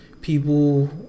People